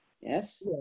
yes